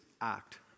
act